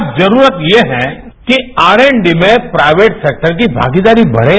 यानि आज जरूरत ये है कि आर एंड डी में प्राइवेट सेक्टर की भागीदारी बढ़े